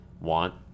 want